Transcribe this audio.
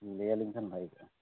ᱞᱟᱹᱭᱟᱞᱤᱧ ᱠᱷᱟᱱ ᱵᱷᱟᱹᱜᱤ ᱠᱚᱜᱼᱟ